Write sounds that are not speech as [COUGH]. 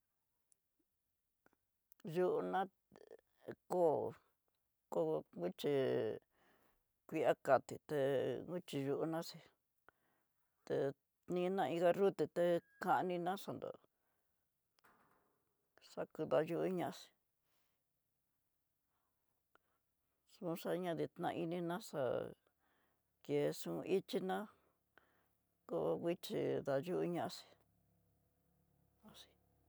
Yo'ó ná té kóo kóo kuché kuia kateté kuchiyunaxí té ninná iin garroté té xaniná xató [NOISE] xakudayuñá xí xonxaña dedná ininá xá kexó ichiná kóo kuichi dayuñaxí. [NOISE]